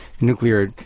nuclear